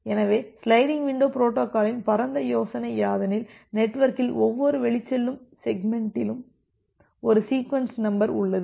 எனவே sliding window பொரோட்டோகாலின் பரந்த யோசனை யாதெனில் நெட்வொர்க்கில் ஒவ்வொரு வெளிச்செல்லும் செக்மெண்ட்டில் ஒரு சீக்வென்ஸ் நம்பர் உள்ளது